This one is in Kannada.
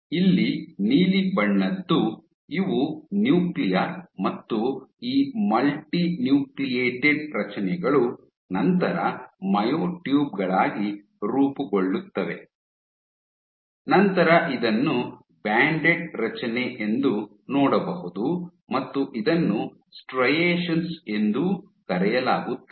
ಇಲ್ಲಿ ನೀಲಿ ಬಣ್ಣದ್ದು ಇವು ನ್ಯೂಕ್ಲಿಯರ್ ಮತ್ತು ಈ ಮಲ್ಟಿನ್ಯೂಕ್ಲಿಯೇಟೆಡ್ ರಚನೆಗಳು ನಂತರ ಮೈಯೊಟ್ಯೂಬ್ ಗಳಾಗಿ ರೂಪುಗೊಳ್ಳುತ್ತವೆ ನಂತರ ಇದನ್ನು ಬ್ಯಾಂಡೆಡ್ ರಚನೆ ಎಂದು ನೋಡಬಹುದು ಮತ್ತು ಇದನ್ನು ಸ್ಟ್ರೈಯೆಷನ್ಸ್ ಎಂದೂ ಕರೆಯಲಾಗುತ್ತದೆ